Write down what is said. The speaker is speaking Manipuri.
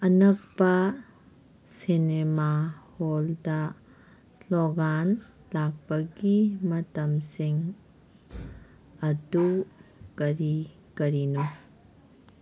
ꯑꯅꯛꯄ ꯁꯤꯅꯦꯃꯥ ꯍꯣꯜꯗ ꯏꯁꯂꯣꯒꯥꯟ ꯂꯥꯛꯄꯒꯤ ꯃꯇꯝꯁꯤꯡ ꯑꯗꯨ ꯀꯔꯤ ꯀꯔꯤꯅꯣ